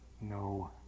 no